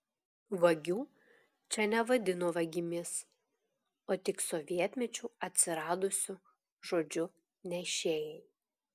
vagių čia nevadino vagimis o tik sovietmečiu atsiradusiu žodžiu nešėjai